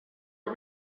are